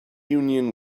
union